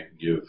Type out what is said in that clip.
give